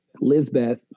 Lizbeth